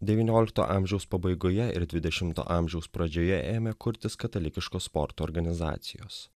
devyniolikto amžiaus pabaigoje ir dvidešimto amžiaus pradžioje ėmė kurtis katalikiškos sporto organizacijos